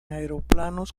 aeroplanos